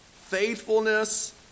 faithfulness